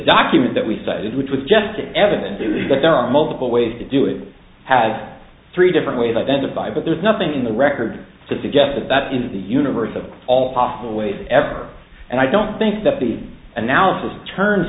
document that we started with jessica evidence that there are multiple ways to do it had three different ways identified but there's nothing in the record to suggest that in the universe of all possible ways ever and i don't think that the analysis turns